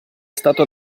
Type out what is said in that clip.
stato